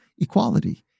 equality